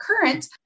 current